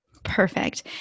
Perfect